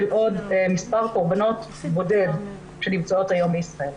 עוד מספר קורבנות בודד שנמצאים כיום בישראל.